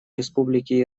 республики